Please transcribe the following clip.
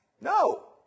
No